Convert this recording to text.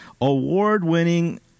award-winning